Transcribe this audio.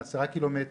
עשרה קילומטר,